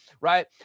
right